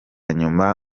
nyuma